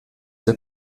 der